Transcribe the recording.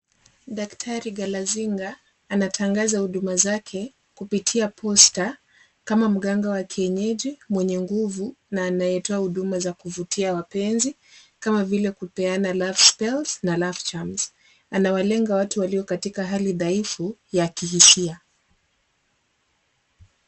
Daktari Galazinga anatangaza huduma zake kupitia posta kama mganga wa kienyeji, mwenye nguvu na anayetoa huduma za kuvutia wapenzi. Kama vile kupeana love spells , na love charms anawalenga watu walio katika hali dhaifu ya hisia.